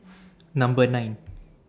Number nine